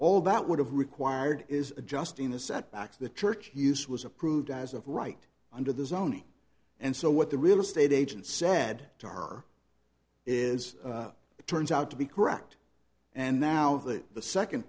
all that would have required is adjusting the setbacks the church use was approved as of right under the zoning and so what the real estate agent said to her is it turns out to be correct and now that the second